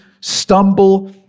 stumble